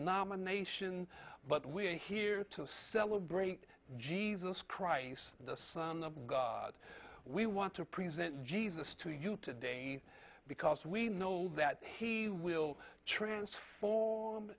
nomination but we are here to celebrate jesus christ the son of god we want to present jesus to you today because we know that he will transform